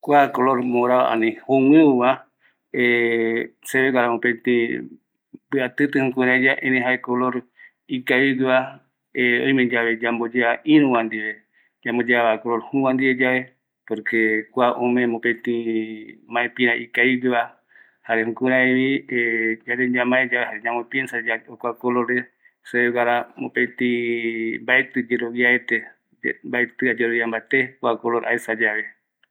Aesa yae pïra morao vayae aou ayemongueta oimesa viaipa oime se pï pe jaema jokua voi amoi aia amondevaera viaipa oime viaipa jokua rami va erei arekoje jaema jokuare ou ayemongueta esa kua esa jae se